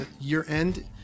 year-end